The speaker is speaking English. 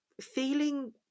feeling